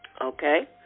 Okay